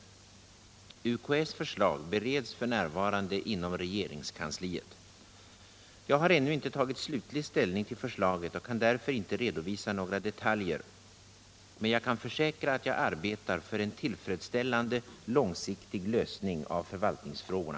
UKÄ:s förslag bereds inom regeringskansliet. Jag har ännu inte tagit slutlig ställning till förslaget och kan därför inte 13 redovisa några detaljer, men jag kan försäkra att jag arbetar för en tillfredsställande långsiktig lösning av förvaltningsfrågorna.